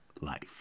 life